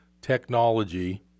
technology